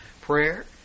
prayer